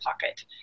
pocket